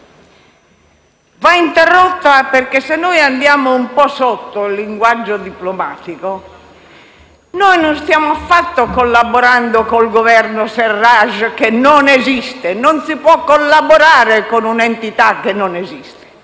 Va interrotta, perché se andiamo un po' sotto il linguaggio diplomatico, non stiamo affatto collaborando con il Governo al-Sarraj, che non esiste: non si può collaborare con un'entità che non esiste.